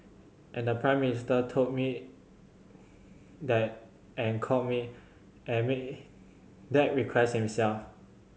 and the Prime Minister told me that and called me and made that request himself